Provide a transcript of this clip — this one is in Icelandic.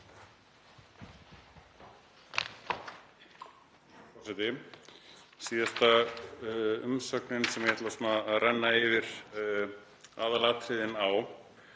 Síðasta umsögnin sem ég ætla að renna yfir aðalatriðin